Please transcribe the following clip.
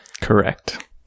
Correct